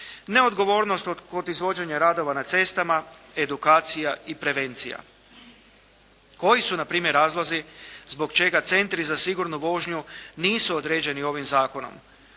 Neodgovornost kod izvođenja radova na cestama, edukacija i prevencija. Koji su na primjer razlozi zbog čega centri za sigurnu vožnju nisu određeni ovim zakonom?